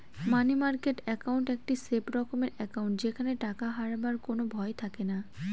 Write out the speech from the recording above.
মানি market account একটি safe রকমের account যেখানে টাকা হারাবার কোনো ভয় থাকেনা